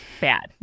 Bad